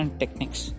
techniques